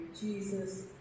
jesus